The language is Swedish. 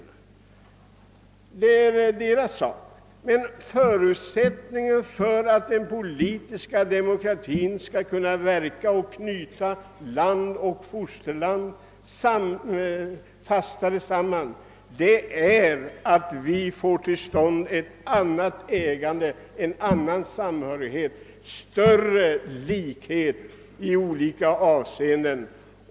Men om vi accepterar demokratin som politisk företeelse är förutsättningen för att den skall kunna verka och knyta land och folk fastare samman att vi får till stånd ett annat ägande, en annan samhörighet, större likhet i olika avseenden.